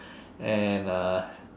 and uh